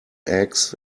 eggs